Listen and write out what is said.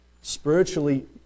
Spiritually